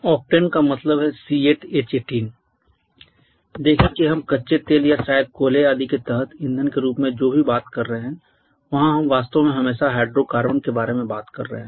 octane का मतलब है C8H18 देखें कि हम कच्चे तेल या शायद कोयले आदि के तहत ईंधन के रूप में जो भी बात कर रहे हैं वहा हम वास्तव में हमेशा हाइड्रोकार्बन के बारे में बात कर रहे हैं